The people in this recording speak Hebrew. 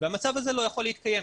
המצב הזה לא יכול להתקיים.